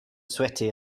sweaty